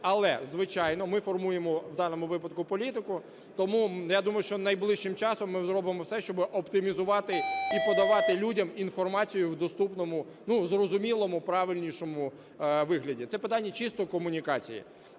Але, звичайно, ми формуємо у даному випадку політику, тому, я думаю, що найближчим часом ми зробимо все, щоб оптимізувати і подавати людям інформацію в доступному, в зрозуміло, правильнішому вигляді. Це питання чисто комунікації.